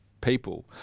people